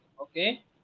Okay